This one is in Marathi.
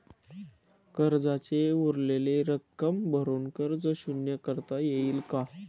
कर्जाची उरलेली रक्कम भरून कर्ज शून्य करता येईल का?